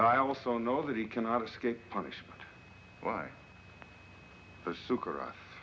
i also know that he cannot escape punishment by the sucker us